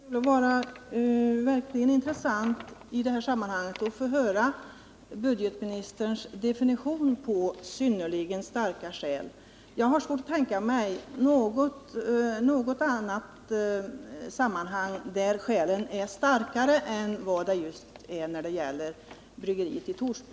Herr talman! Det skulle verkligen vara intressant att få höra budgetministerns definition på ”synnerligen starka skäl”. Jag har svårt att tänka mig något fall där skälen är starkare än då det gäller bryggeriet i Torsby.